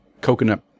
coconut